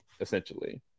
essentially